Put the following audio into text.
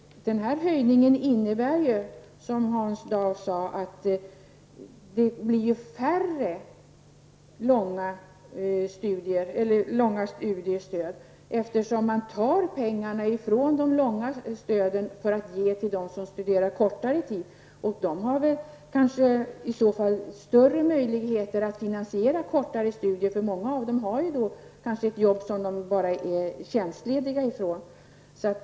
Som Hans Dau sade innebär ju denna höjning att det kommer att utbetalas färre studiestöd för långa studier, eftersom man tar pengar från denna ersättning för att ge till dem som studerar kortare tid. De har i så fall större möjligheter att finansiera sina kortare studier. Många har kanske ett arbete som de är tjänstlediga ifrån.